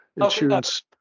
insurance